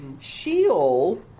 Sheol